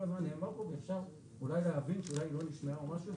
הזמן נאמר פה ואפשר אולי להבין שאולי היא לא נשמעה או משהו,